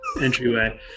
entryway